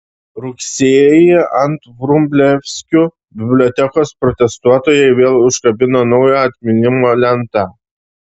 rugsėjį ant vrublevskių bibliotekos protestuotojai vėl užkabino naują atminimo lentą